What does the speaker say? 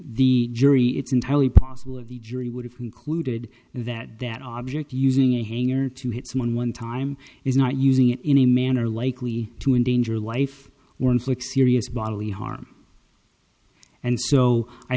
the jury it's entirely possible of the jury would have concluded that that object using a hanger to hit someone one time is not using it in a manner likely to endanger life or inflict serious bodily harm and so i